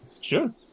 Sure